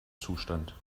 zustand